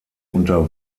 unter